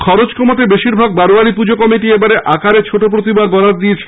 খরচ কমাতে বেশিরভাগ বারোয়ারি পুজো কমিটি এবার আকারে ছোট প্রতিমার বরাত দিয়েছে